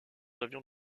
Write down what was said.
avions